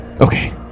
okay